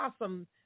awesome